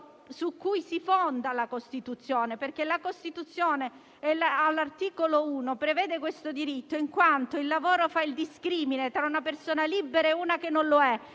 su cui si fonda la Costituzione. La Costituzione all'articolo 1 prevede questo diritto, in quanto il lavoro fa il discrimine fra una persona libera e una che non lo è.